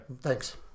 Thanks